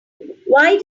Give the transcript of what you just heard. why